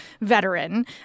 veteran